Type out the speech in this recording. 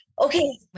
Okay